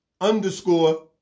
underscore